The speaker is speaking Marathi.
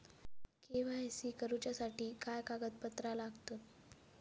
के.वाय.सी करूच्यासाठी काय कागदपत्रा लागतत?